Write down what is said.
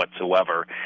whatsoever